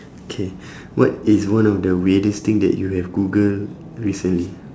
okay what is one of the weirdest thing that you have google recently